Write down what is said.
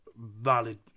valid